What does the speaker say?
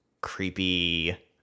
creepy